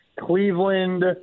Cleveland